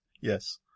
Yes